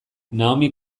naomi